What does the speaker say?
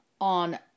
on